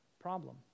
problem